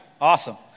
Awesome